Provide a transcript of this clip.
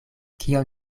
kion